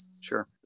Sure